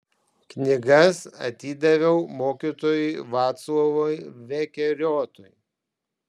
knygas atidaviau mokytojui vaclovui vekeriotui